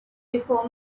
before